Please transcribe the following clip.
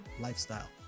lifestyle